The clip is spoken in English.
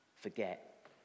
forget